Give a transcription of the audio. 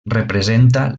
representa